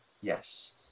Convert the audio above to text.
Yes